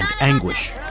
anguish